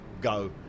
go